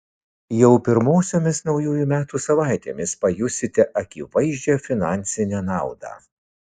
jau pirmosiomis naujųjų metų savaitėmis pajusite akivaizdžią finansinę naudą